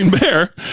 Bear